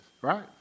right